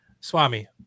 Swami